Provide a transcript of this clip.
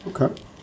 Okay